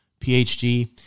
PhD